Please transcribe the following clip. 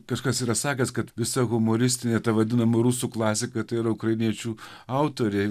kažkas yra sakęs kad visa humoristinė ta vadinama rusų klasika tai yra ukrainiečių autoriai